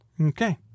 Okay